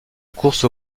course